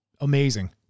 amazing